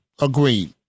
Agreed